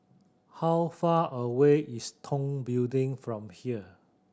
how far away is Tong Building from here